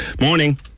Morning